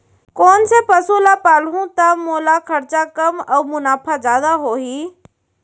कोन से पसु ला पालहूँ त मोला खरचा कम अऊ मुनाफा जादा होही?